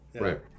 Right